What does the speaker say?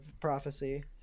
prophecy